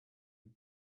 and